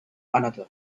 another